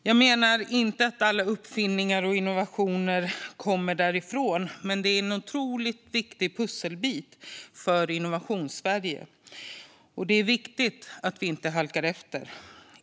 Jag menar inte att alla uppfinningar och innovationer kommer därifrån. Men det är en otroligt viktig pusselbit för Innovationssverige. Det är viktigt att vi inte halkar efter.